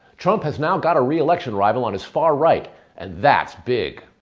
trump has now got a re-election rival on his far right and that's big